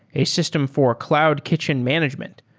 a system for cloud kitchen management.